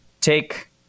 Take